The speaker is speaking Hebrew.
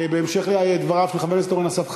שבהמשך לדבריו של חבר הכנסת אורן אסף חזן,